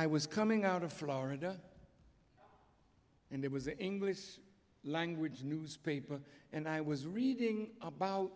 i was coming out of florida and there was an english language newspaper and i was reading about